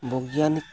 ᱵᱤᱜᱽᱜᱟᱱᱤᱠ